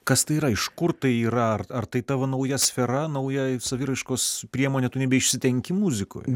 kas tai yra iš kur tai yra ar tai tavo nauja sfera nauja saviraiškos priemonė tu nebeišsitenki muzikoje